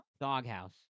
Doghouse